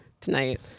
tonight